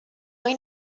این